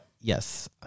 Yes